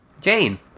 Jane